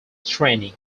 training